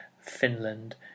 Finland